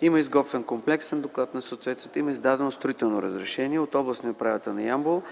Има изготвен комплексен доклад на съответствията, има издадено строително разрешение от областния управител на Ямбол.